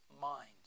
mind